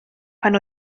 pan